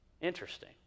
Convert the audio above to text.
Interesting